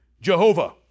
Jehovah